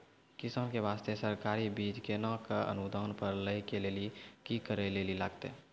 किसान के बास्ते सरकारी बीज केना कऽ अनुदान पर लै के लिए की करै लेली लागतै?